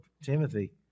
Timothy